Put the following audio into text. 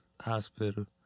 Hospital